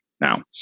now